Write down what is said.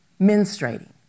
menstruating